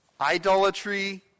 Idolatry